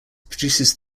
produces